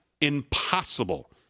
impossible